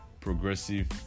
Progressive